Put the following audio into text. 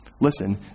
Listen